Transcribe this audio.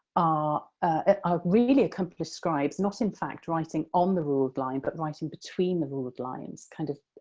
ah ah are really accomplished scribes not in fact writing on the ruled line, but writing between the ruled lines, kind of,